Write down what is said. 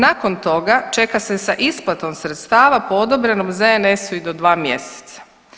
Nakon toga čega se sa isplatom sredstava po odobrenom ZNS i do dva mjeseca.